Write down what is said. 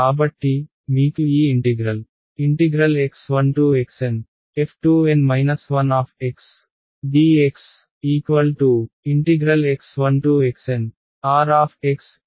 కాబట్టి మీకు ఈ ఇంటిగ్రల్x1xNf2N 1dxx1xNrdx మిగిలి ఉంది